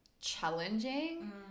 challenging